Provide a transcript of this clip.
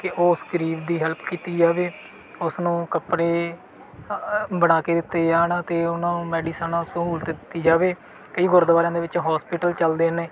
ਕਿ ਉਸ ਗਰੀਬ ਦੀ ਹੈਲਪ ਕੀਤੀ ਜਾਵੇ ਉਸ ਨੂੰ ਕੱਪੜੇ ਬਣਾ ਕੇ ਦਿੱਤੇ ਜਾਣ ਅਤੇ ਉਹਨਾਂ ਨੂੰ ਮੈਡੀਸਨ ਸਹੂਲਤ ਦਿੱਤੀ ਜਾਵੇ ਕਈ ਗੁਰਦੁਆਰਿਆਂ ਦੇ ਵਿੱਚ ਹੋਸਪਿਟਲ ਚੱਲਦੇ ਨੇ